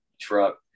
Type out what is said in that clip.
truck